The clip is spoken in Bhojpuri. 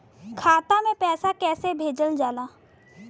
खाता में पैसा कैसे भेजल जाला?